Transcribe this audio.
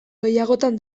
gehiagotan